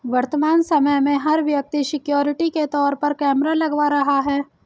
वर्तमान समय में, हर व्यक्ति सिक्योरिटी के तौर पर कैमरा लगवा रहा है